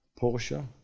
Porsche